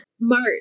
March